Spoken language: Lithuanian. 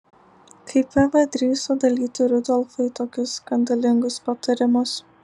kaip eva drįso dalyti rudolfui tokius skandalingus patarimus